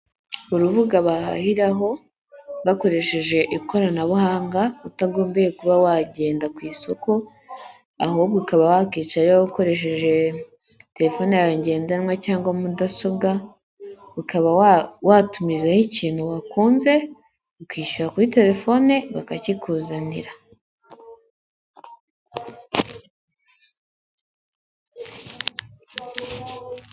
Urubuga bahahiraho bakoresheje ikoranabuhanga utagombyeye kuba wagenda ku isoko, ahubwo ukaba wakicara iwawe ukoresheje telefone yawe ngendanwa cyangwa mudasobwa, ukaba watumizaho ikintu wakunze ukishyura kuri telefone bakakikuzanira.